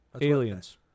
Aliens